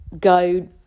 go